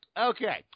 Okay